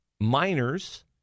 minors